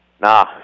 Nah